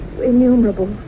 innumerable